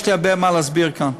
יש לי הרבה מה להסביר כאן.